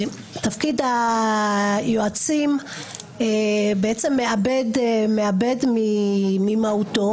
שתפקיד היועצים מאבד ממהותו.